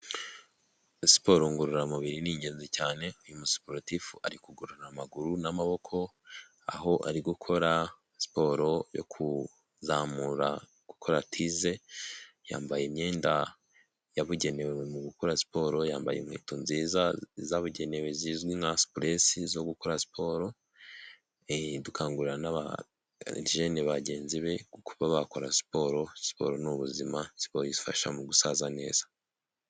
Siporo ngororamubiri ni ingenzi cyane, uyu musiporatifu ari kugorora amaguru n'amaboko, aho ari gukora siporo yo kuzamura akora tize, yambaye imyenda yabugenewe mu gukora siporo yambaye inkweto nziza zabugenewe zizwi nka sipuresi zo gukora siporo, dukangurira n'abajene bagenzi be kuba bakora siporo, Siporo ni ubuzima ifasha mu gusaza neza.